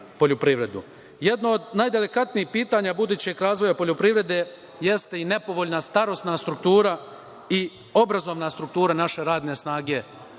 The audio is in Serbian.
od najdelikatnijih pitanja budućeg razvoja poljoprivrede jeste i nepovoljna starosna struktura i obrazovna struktura naše radne snage.